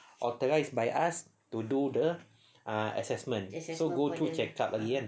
authorised by us to do the ah assessment so go through check up again